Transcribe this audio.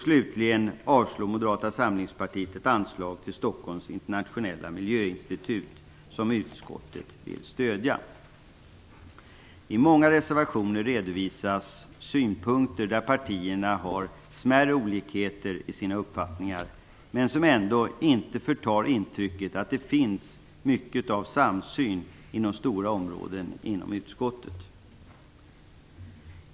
Slutligen vill Moderata samlingspartiet avslå ett anslag till Stockholms internationella miljöinstitut, som utskottet vill stödja. I många reservationer redovisas synpunkter där partierna har smärre olikheter i sina uppfattningar, men det förtar ändå inte intrycket av att det finns mycket av samsyn inom stora områden i utskottet.